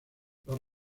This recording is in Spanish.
los